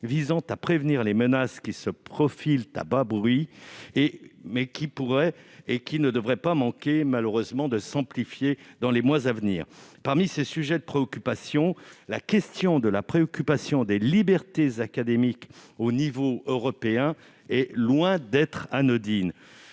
visant à prévenir des menaces qui se profilent à bas bruit, mais qui ne devraient pas manquer malheureusement de s'amplifier dans les mois à venir. Parmi ces sujets de préoccupation, la question de la protection des libertés académiques au niveau européen est loin d'être anodine.